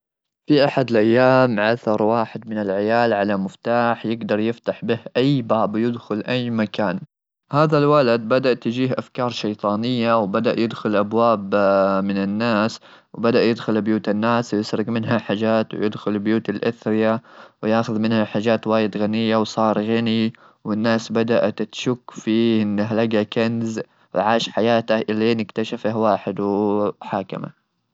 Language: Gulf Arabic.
هذا المفتاح كان يفتحون به اي شيء ,والولد استغل هذه الميزه السحريه وصار يفتح ابواب البنوك يسرق منها الفلوس وصار يدخل ابواب قصور الناس الاغنياء ,ويسرق منها الذهب وكل شيء, وصار غني غني كلش صار معه فلوس ,واشترى المناظر من الناس وكان يدخل اي منزل ياكل وياخذ الفلوس اللي يبيها وويطلع.